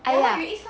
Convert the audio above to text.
!aiya!